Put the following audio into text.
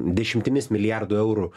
dešimtimis milijardų eurų